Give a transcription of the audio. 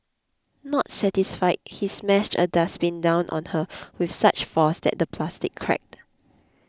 not satisfied he smashed a dustbin down on her with such force that the plastic cracked